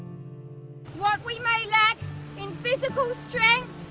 what we may lack in physical strength,